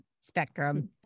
spectrum